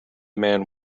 man